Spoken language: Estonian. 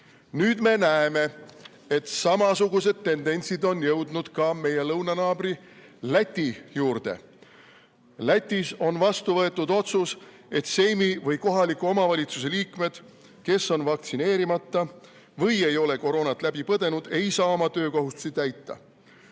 Nüüd me näeme, et samasugused tendentsid on jõudnud ka meie lõunanaabri Läti juurde. Lätis on vastu võetud otsus, et seimi või kohaliku omavalitsuse liikmed, kes on vaktsineerimata või ei ole koroonat läbi põdenud, ei saa oma töökohustusi täita.